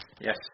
Yes